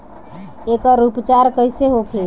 एकर उपचार कईसे होखे?